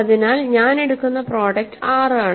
അതിനാൽ ഞാൻ എടുക്കുന്ന പ്രോഡക്ട് 6 ആണ്